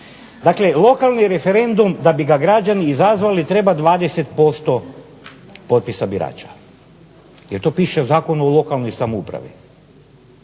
Dakle, lokalni referendum da bi ga građani izazvali treba 20% potpisa birača jer to piše u Zakonu o lokalnoj samoupravi.